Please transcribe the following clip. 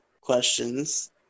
questions